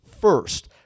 First